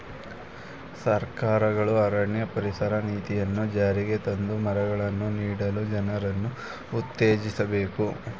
ಸರ್ಕಾರಗಳು ಅರಣ್ಯ ಪರಿಸರ ನೀತಿಯನ್ನು ಜಾರಿಗೆ ತಂದು ಮರಗಳನ್ನು ನೀಡಲು ಜನರನ್ನು ಉತ್ತೇಜಿಸಬೇಕು